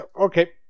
Okay